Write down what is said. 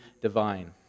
divine